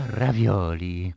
ravioli